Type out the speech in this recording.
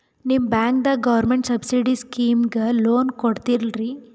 ನಿಮ ಬ್ಯಾಂಕದಾಗ government subsidy ಸ್ಕೀಮಿಗಿ ಲೊನ ಕೊಡ್ಲತ್ತೀರಿ?